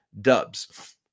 dubs